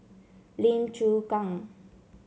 Lim Chu Kang